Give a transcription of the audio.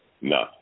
No